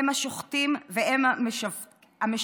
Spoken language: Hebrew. הם השוחטים והם המשווקים.